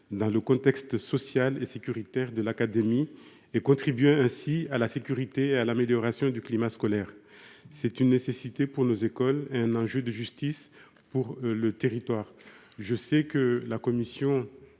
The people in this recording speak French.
dans le contexte social et sécuritaire de l’académie, et de contribuer à la sécurité et à l’amélioration du climat scolaire. C’est une nécessité pour nos écoles et un enjeu de justice pour notre territoire. Je sais que la commission